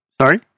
Sorry